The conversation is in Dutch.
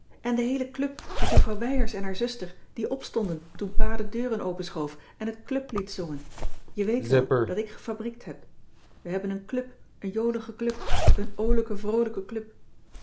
en de heele club met juffrouw wijers en haar zuster die opstonden toen pa de deuren openschoof en het clublied zongen je weet wel dat ik gefabriekt heb we hebben een club een jolige club een oolijke vroolijke club